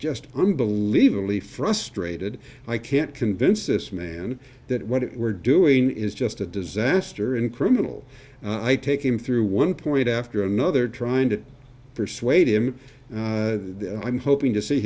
just unbelievably frustrated i can't convince this man that what we're doing is just a disaster and criminal i take him through one point after another trying to persuade him i'm hoping to see